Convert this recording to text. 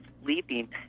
sleeping